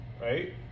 right